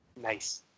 Nice